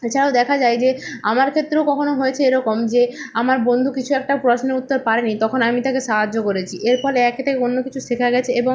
এছাড়াও দেখা যায় যে আমার ক্ষেত্রেও কখনও হয়েছে এরকম যে আমার বন্ধু কিছু একটা প্রশ্নের উত্তর পারেনি তখন আমি তাকে সাহায্য করেছি এর ফলে এক অন্য কিছু শেখা গিয়েছে এবং